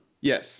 yes